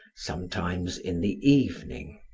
sometimes in the evening.